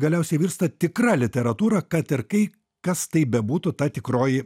galiausiai virsta tikra literatūra kad ir kaip kas tai bebūtų ta tikroji